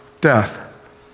death